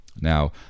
Now